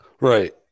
Right